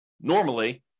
normally